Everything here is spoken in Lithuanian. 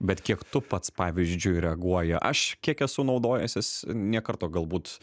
bet kiek tu pats pavyzdžiui reaguoji aš kiek esu naudojęsis nė karto galbūt